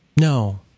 no